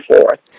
forth